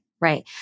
right